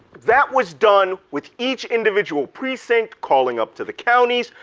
that was done with each individual precinct calling up to the counties.